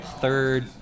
third